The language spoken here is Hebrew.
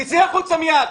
צאי החוצה מיד.